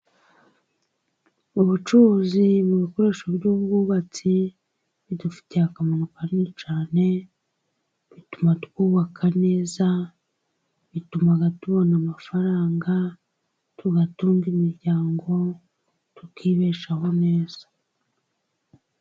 Ubucuruzi mu bikoresho by'ubwubatsi bidufitiye akamaro kanini cyane, bituma twubaka neza, bituma tubona amafaranga tugatunga imiryango tukibeshaho neza.